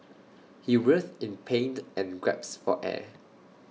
he writhed in pain and gasped for air